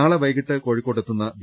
നാളെ വൈകീട്ട് കോഴിക്കോട്ടെത്തുന്ന വി